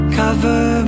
cover